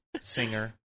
singer